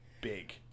Big